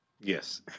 Yes